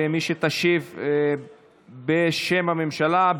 ומי שתשיב בשם הממשלה,